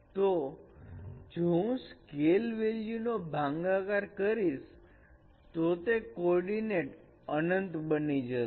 તો જો હું સ્કેલ વેલ્યુ નો ભાગાકાર કરીશ તો તે કોર્ડીનેટ અનંત બની જશે